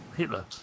Hitler